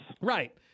Right